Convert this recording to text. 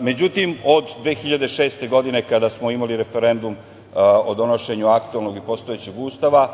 Međutim, od 2006. godine, kada smo imali referendum o donošenju aktuelnog i postojećeg Ustava,